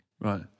Right